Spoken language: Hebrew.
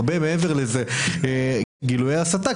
ליאורה הזכירה וזה חשוב להצעה,